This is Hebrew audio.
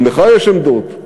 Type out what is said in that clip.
גם לך יש עמדות,